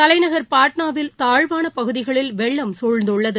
தலைநகர் பாட்னாவில் தாழ்வானபகுதிகளில் வெள்ளம் சூழ்ந்துள்ளது